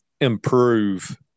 improve